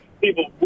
people